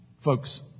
Folks